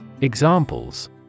Examples